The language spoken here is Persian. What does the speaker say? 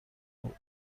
بود